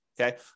Okay